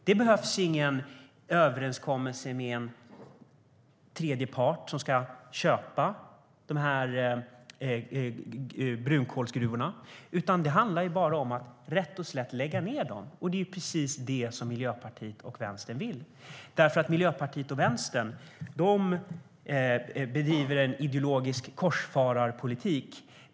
Det behövs ingen överenskommelse med en tredje part som ska köpa brunkolsgruvorna, utan det handlar om att rätt och slätt lägga ned dem. Det är precis det som Miljöpartiet och Vänstern vill eftersom Miljöpartiet och Vänstern bedriver en ideologisk korsfararpolitik.